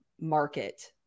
market